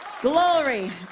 glory